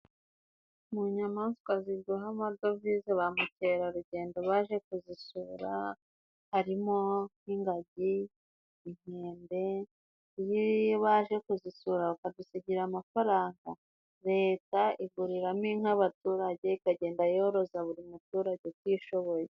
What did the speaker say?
Mu nyamaswa ziduha amadovize ba mukerarugendo baje kudusura harimo, nk'ingagi, inkende, nk'iyo baje kudusura bakadusigira amafaranga, leta iguriramo inka abaturage, ikagenda yoroza buri muturage utishoboye.